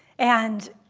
and,